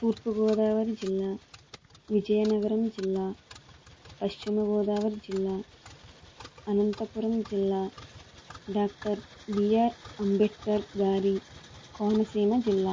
తూర్పు గోదావరి జిల్లా విజయనగరం జిల్లా పశ్చిమ గోదావరి జిల్లా అనంతపురం జిల్లా డాక్టర్ బిఆర్ అంబేద్కర్ గారి కోనసీమ జిల్లా